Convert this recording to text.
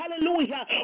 hallelujah